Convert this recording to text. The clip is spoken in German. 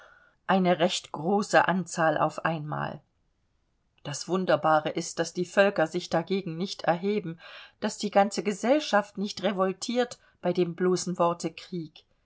eine recht große anzahl auf einmal das wunderbare ist daß die völker sich dagegen nicht erheben daß die ganze gesellschaft nicht revoltiert bei dem bloßen worte krieg